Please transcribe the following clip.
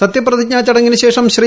സത്യപ്രതിജ്ഞ ചടങ്ങിനു ശേഷം ശ്രീ